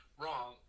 wrong